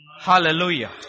Hallelujah